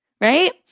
right